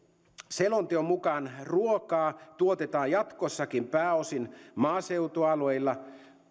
selonteon mukaan ruokaa tuotetaan jatkossakin pääosin maaseutualueilla